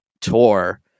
tour